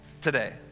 today